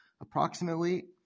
approximately